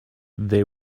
they